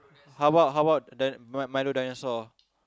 how about how about that milo dinosaur